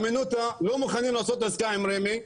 הימנותא לא מוכנים לעשות עסקה עם רמ"י,